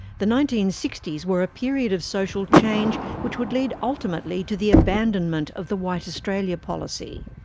the nineteen sixty s were a period of social change which would lead ultimately to the abandonment of the white australia policy.